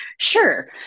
Sure